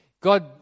God